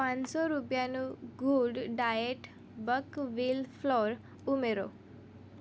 પાંચસો રૂપિયાનું good diet buckwheat flour ઉમેરો